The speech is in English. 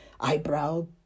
eyebrow